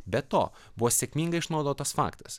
be to buvo sėkmingai išnaudotas faktas